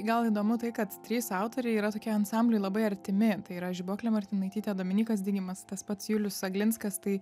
gal įdomu tai kad trys autoriai yra tokie ansambliui labai artimi tai yra žibuoklė martinaitytė dominykas digimas tas pats julius aglinskas tai